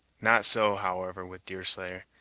not so, however, with deerslayer.